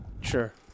Sure